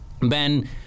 Ben